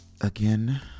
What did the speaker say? again